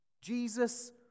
Jesus